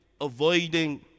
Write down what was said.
avoiding